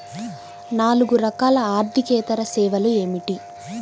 నాలుగు రకాల ఆర్థికేతర సేవలు ఏమిటీ?